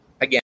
again